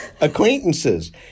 acquaintances